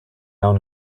own